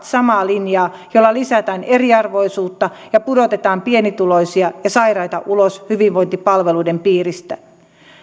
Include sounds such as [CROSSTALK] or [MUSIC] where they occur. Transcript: [UNINTELLIGIBLE] samaa linjaa jolla lisätään eriarvoisuutta ja pudotetaan pienituloisia ja sairaita ulos hyvinvointipalveluiden piiristä